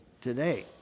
today